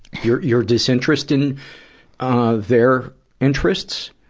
your your disinterest in ah their interests?